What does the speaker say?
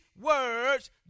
words